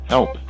Help